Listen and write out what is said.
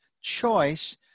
choice